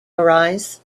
arise